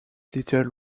little